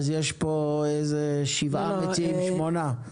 אז יש פה איזה שבעה, שמונה מציעים.